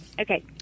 okay